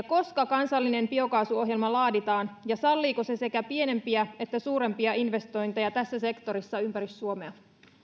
koska kansallinen biokaasuohjelma laaditaan ja salliiko se sekä pienempiä että suurempia investointeja tässä sektorissa ympäri suomea